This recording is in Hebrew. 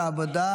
העבודה